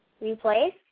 Replace